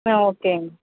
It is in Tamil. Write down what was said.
ஆ ஓகேங்க